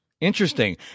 Interesting